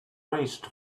raised